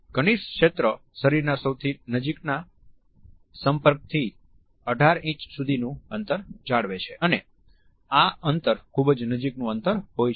ઘનિષ્ઠ ક્ષેત્ર શરીરના સૌથી નજીકના સંપર્કથી 18 ઇંચ સુધીનું અંતર જાળવે છે અને આ અંતર ખુબજ નજીકનું અંતર હોય છે